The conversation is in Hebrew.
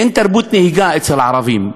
אין תרבות נהיגה אצל הערבים.